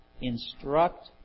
Instruct